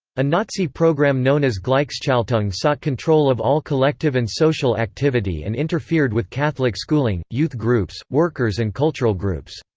a nazi program known as gleichschaltung sought control of all collective and social activity and interfered with catholic schooling, youth groups, workers and cultural groups.